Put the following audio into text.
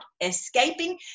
escaping